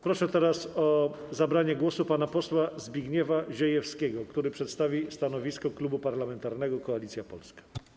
Proszę teraz o zabranie głosu pana posła Zbigniewa Ziejewskiego, który przedstawi stanowisko Klubu Parlamentarnego Koalicja Polska.